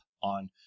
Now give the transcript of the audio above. on